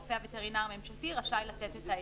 הרופא הווטרינר הממשלתי רשאי לתת את ההיתר.